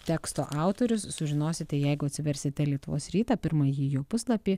teksto autorius sužinosite jeigu atsiversite lietuvos rytą pirmąjį jo puslapį